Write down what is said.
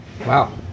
wow